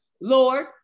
lord